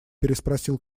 переспросил